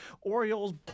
Orioles